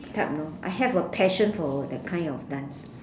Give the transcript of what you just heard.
type know I have a passion for that kind of dance